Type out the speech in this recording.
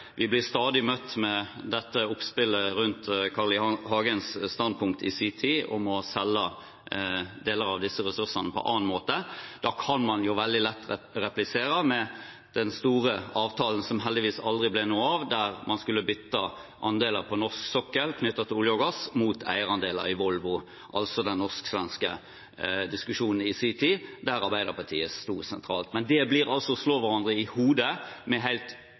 Vi blir stadig møtt med oppspillet rundt Carl I. Hagens standpunkt i sin tid om å selge deler av disse ressursene på annen måte. Da kan man veldig lett replisere med den store avtalen som heldigvis aldri ble noe av, der man skulle bytte andeler på norsk sokkel knyttet til olje og gass mot eierandeler i Volvo, altså den norsk-svenske diskusjonen, der Arbeiderpartiet sto sentralt. Men det blir å slå hverandre i hodet med helt